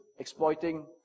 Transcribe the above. exploiting